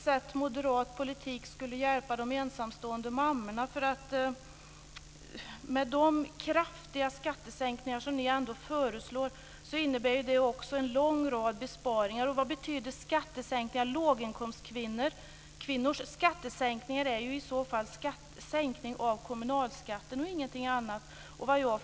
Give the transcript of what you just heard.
Detta medför ökade krav på bostaden. Det ska finna utrymme, lokaler, en god arbetsmiljö osv. Men det finns ingen möjlighet att göra avdrag för dessa kostnader. Vi vill att det ska införas en sådan möjlighet. Annars riskerar skattelagstiftningen att motverka den utveckling som är på gång.